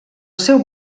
seu